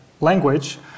language